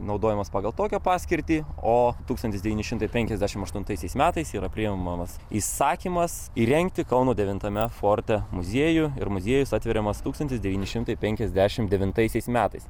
naudojamas pagal tokią paskirtį o tūkstantis devyni šimtai penkiasdešim aštuntaisiais metais yra priimamas įsakymas įrengti kauno devintame forte muziejų ir muziejus atveriamas tūkstantis devyni šimtai penkiasdešim devintaisiais metais